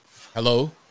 hello